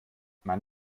man